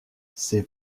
ces